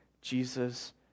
Jesus